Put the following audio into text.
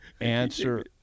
answer